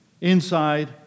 Inside